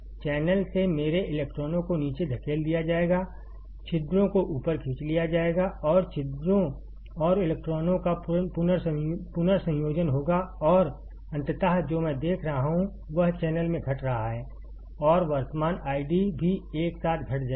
channel से मेरे इलेक्ट्रॉनों को नीचे धकेल दिया जाएगा छिद्रों को ऊपर खींच लिया जाएगा और छिद्रों और इलेक्ट्रॉनों का पुनर्संयोजन होगा और अंततः जो मैं देख रहा हूं वह चैनल में घट रहा है और वर्तमान आईडी भी एक साथ घट जाएगी